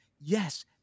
yes